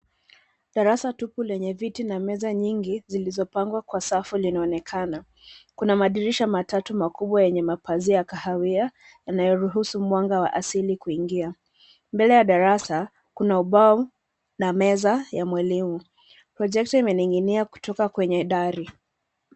Darasa tupu lenye viti na meza nyingi zilizopangwa kwa safu linaonekana. Kuna madirisha matatu makubwa yenye mapazia ya kahawia, yanayoruhusu mwanga wa asili kuingia. Mbele ya darasa, kuna ubao na meza ya mwalimu. Projector imening'inia kutoka kwenye dari.